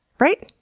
right?